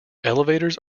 elevators